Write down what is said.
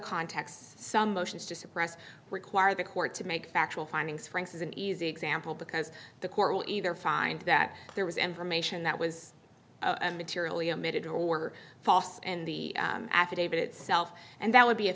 contexts some motions to suppress require the court to make factual findings franks is an easy example because the court will either find that there was information that was materially emitted or were false in the affidavit itself and that would be a